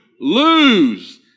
lose